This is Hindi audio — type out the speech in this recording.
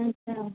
अच्छा